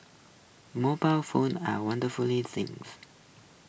mobile phones are wonderful things